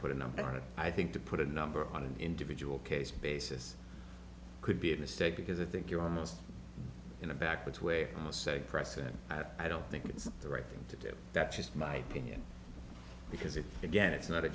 put a number on it i think to put a number on an individual case basis could be a mistake because i think you're almost in a back which way to say precedent i don't think it's the right thing to do that's just my opinion because it again it's not a